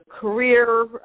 career